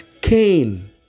Cain